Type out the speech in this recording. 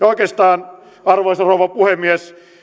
oikeastaan arvoisa rouva puhemies